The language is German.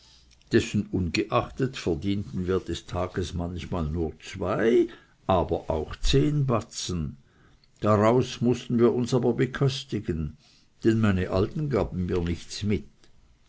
dessen ungeachtet verdienten wir des tages manchmal nur zwei aber auch zehn batzen daraus mußten wir uns aber beköstigen denn meine alten gaben mir nichts mit